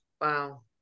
Wow